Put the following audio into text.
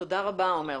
תודה רבה, עומר.